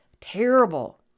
terrible